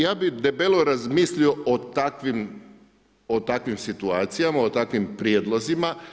Ja bih debelo razmislio o takvim situacijama, o takvim prijedlozima.